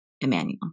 Emmanuel